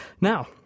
now